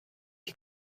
die